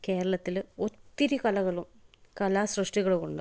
കേരളത്തിൽ ഒത്തിരി കലകളും കലാസൃഷ്ടികളും ഉണ്ട്